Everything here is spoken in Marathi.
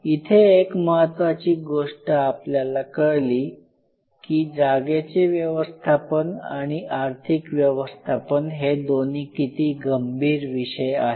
इथे एक महत्वाची गोष्ट आपल्याला कळली की जागेचे व्यवस्थापन आणि आर्थिक व्यवस्थापन हे दोन्ही किती गंभीर विषय आहेत